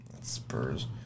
Spurs